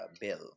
Bill